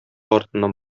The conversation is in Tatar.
артыннан